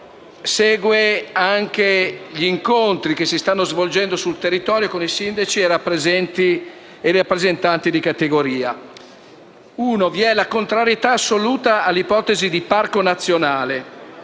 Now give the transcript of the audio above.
segue gli incontri che si stanno svolgendo sul territorio con i sindaci e con i rappresentanti di categoria. In primo luogo, vi è la contrarietà assoluta all’ipotesi di parco nazionale.